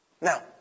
Now